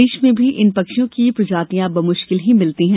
देश में भी इन पक्षियों की प्रजातियाँ बमुश्किल ही मिलती हैं